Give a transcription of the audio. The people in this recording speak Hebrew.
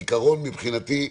בעיקרון, מבחינתי,